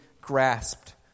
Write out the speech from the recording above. grasped